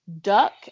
duck